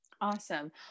Awesome